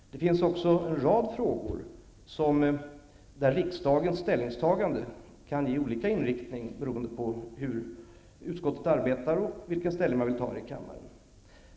Det finns också en rad frågor där riksdagens ställningstagande kan ge olika inriktning beroende på hur utskottet arbetar och vilken ställning kammaren vill ta.